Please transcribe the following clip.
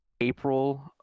April